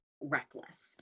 reckless